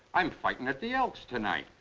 i'm fighting at the elks tonight.